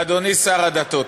אדוני שר הדתות,